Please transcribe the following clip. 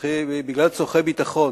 בגלל צורכי ביטחון,